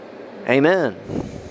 Amen